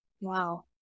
Wow